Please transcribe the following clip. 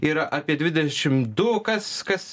yra apie dvidešimt du kas kas